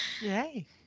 Yay